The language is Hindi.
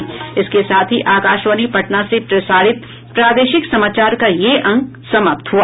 इसके साथ ही आकाशवाणी पटना से प्रसारित प्रादेशिक समाचार का ये अंक समाप्त हुआ